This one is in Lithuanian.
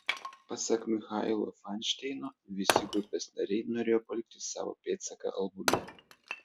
pasak michailo fainšteino visi grupės nariai norėjo palikti savo pėdsaką albume